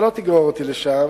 אתה לא תגרור אותי לשם.